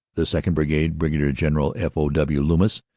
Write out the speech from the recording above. the second. brigade, brig general f. o. w. loomis,